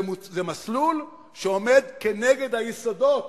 זה מסלול שעומד כנגד היסודות